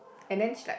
and then she like